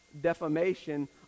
defamation